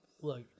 look